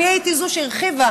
אני זו שהרחיבה